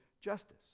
justice